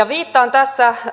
viittaan tässä